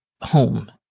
home